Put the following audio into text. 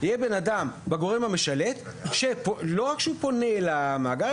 שיהיה בן אדם בגורם המשַלֵּט שלא רק שהוא פונה אל המאגר,